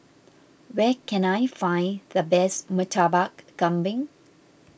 where can I find the best Murtabak Kambing